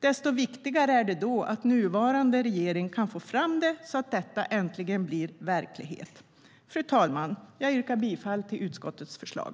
Desto viktigare är det därför att nuvarande regering kan få fram det så att detta äntligen blir verklighet. Fru talman! Jag yrkar bifall till utskottets förslag.